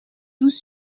douze